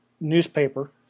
newspaper